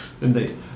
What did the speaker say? indeed